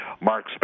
Mark